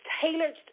tailored